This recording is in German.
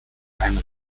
einen